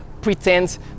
pretend